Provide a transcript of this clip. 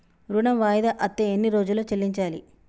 ఋణం వాయిదా అత్తే ఎన్ని రోజుల్లో చెల్లించాలి?